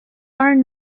are